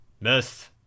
Miss